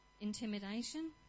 intimidation